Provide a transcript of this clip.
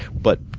but,